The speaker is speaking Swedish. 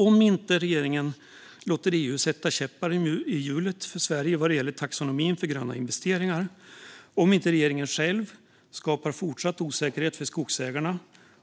Om inte regeringen låter EU sätta käppar i hjulet för Sverige vad gäller taxonomin för gröna investeringar, om inte regeringen själv skapar fortsatt osäkerhet för skogsägarna